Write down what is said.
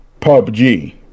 PUBG